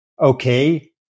okay